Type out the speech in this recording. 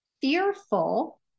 fearful